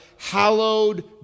hallowed